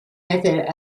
method